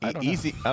Easy